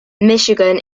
michigan